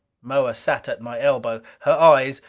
moa sat at my elbow her eyes,